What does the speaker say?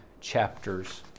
chapters